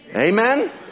Amen